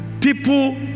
people